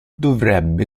dovrebbe